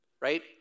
right